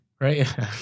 Right